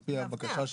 לאבטח,